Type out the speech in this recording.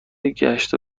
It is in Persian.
گشت